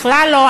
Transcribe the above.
בכלל לא.